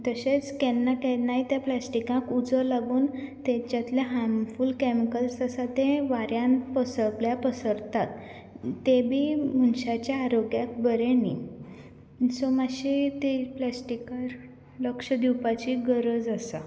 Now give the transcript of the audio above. तशेंच केन्ना केन्ना त्या प्लासटिकाक उजो लागून तातूंतले हार्मफूल कॅमिकल्स आसा ते वाऱ्यान पसरल्या पसरता तेंवूय बी मनशाच्या आरोग्याक बरें न्हय सो मातशें त्या प्लासटिकार लक्ष्य दिवपाची गरज आसा